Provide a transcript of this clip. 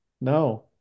No